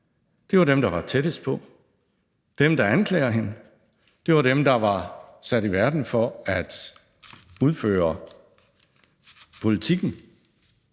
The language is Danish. var dem, der var tættest på. Dem, der anklager hende, var dem, der var sat i verden for at udføre politiken.